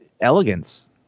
elegance